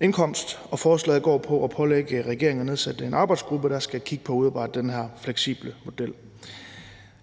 indkomst, og forslaget går på at pålægge regeringen at nedsætte en arbejdsgruppe, der skal kigge på at udarbejde den her fleksible model.